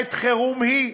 עת חירום היא?